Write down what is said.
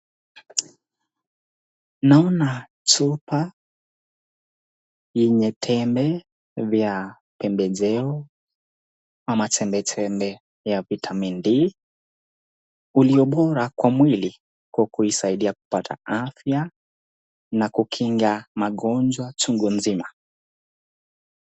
Naona chupa yenye tembe vya pembejeo ama tembe tembe ya vitamin D , iliyo bora kwa mwili kwa kuisaidia kupata afya na kukinga magonjwa chungu nzima